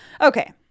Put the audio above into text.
Okay